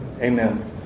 Amen